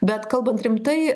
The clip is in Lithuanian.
bet kalbant rimtai